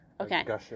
Okay